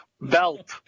Belt